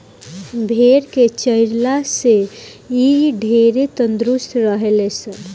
भेड़ के चरइला से इ ढेरे तंदुरुस्त रहे ले सन